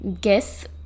Guess